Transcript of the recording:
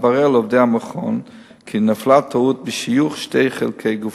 התברר לעובדי המכון כי נפלה טעות בשיוך שני חלקי גופות,